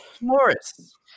Morris